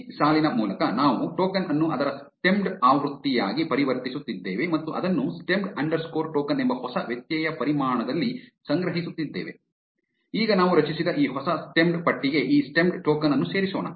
ಈ ಸಾಲಿನ ಮೂಲಕ ನಾವು ಟೋಕನ್ ಅನ್ನು ಅದರ ಸ್ಟೆಮ್ಡ್ ಆವೃತ್ತಿಯಾಗಿ ಪರಿವರ್ತಿಸುತ್ತಿದ್ದೇವೆ ಮತ್ತು ಅದನ್ನು ಸ್ಟೆಮ್ಡ್ ಅಂಡರ್ಸ್ಕೋರ್ ಟೋಕನ್ ಎಂಬ ಹೊಸ ವ್ಯತ್ಯಯ ಪರಿಮಾಣದಲ್ಲಿ ಸಂಗ್ರಹಿಸುತ್ತಿದ್ದೇವೆ ಈಗ ನಾವು ರಚಿಸಿದ ಈ ಹೊಸ ಸ್ಟೆಮ್ಡ್ ಪಟ್ಟಿಗೆ ಈ ಸ್ಟೆಮ್ಡ್ ಟೋಕನ್ ಅನ್ನು ಸೇರಿಸೋಣ